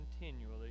continually